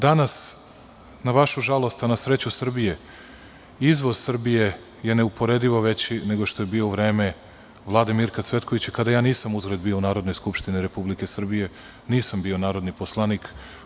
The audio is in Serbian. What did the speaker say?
Danas na vašu žalost, a na sreću Srbije, izvoz Srbije je neuporedivo veći nego što je bio u vreme vlade Mirka Cvetkovića, kada ja nisam, uzgred, bio u Narodnoj skupštini Republike Srbije, nisam bio narodni poslanik.